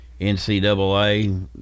NCAA